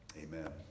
Amen